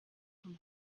vom